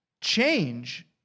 change